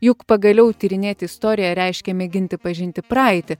juk pagaliau tyrinėti istoriją reiškia mėginti pažinti praeitį